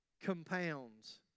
compounds